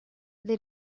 they